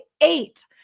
eight